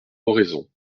oraison